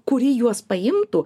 kuri juos paimtų